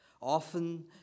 Often